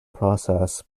process